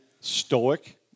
stoic